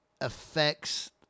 affects